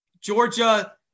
Georgia